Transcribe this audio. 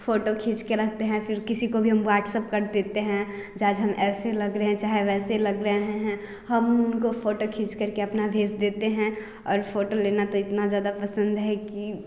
photo खींच कर रखते हैं फिर किसी को भी हम व्हाट्सएप कर देते हैं आज हम ऐसे लग रहे हैं चाहे वैसे लग रहे हैं हम उनको फोटो खींचकर के अपना भेज देते हैं और फोटो लेना तो इतना ज़्यादा पसंद है कि